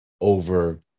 over